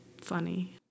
funny